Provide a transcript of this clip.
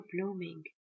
blooming